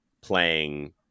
playing